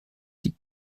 die